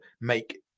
make